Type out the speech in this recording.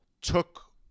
took